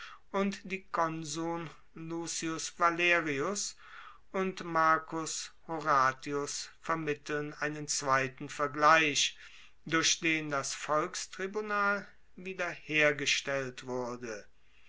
und die konsuln lucius valerius und marcus horatius vermitteln einen zweiten vergleich durch den das volkstribunal wieder hergestellt wurde